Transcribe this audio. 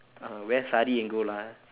uh wear sari and go lah